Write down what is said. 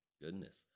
Goodness